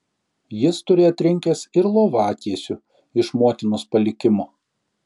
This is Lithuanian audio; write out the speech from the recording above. jis turi atrinkęs ir lovatiesių iš motinos palikimo